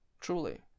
truly